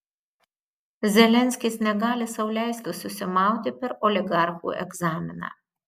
zelenskis negali sau leisti susimauti per oligarchų egzaminą